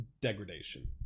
degradation